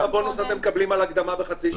כמה בונוס אתם מקבלים על ההקדמה בחצי שעה?